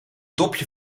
dopje